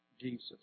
Jesus